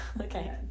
Okay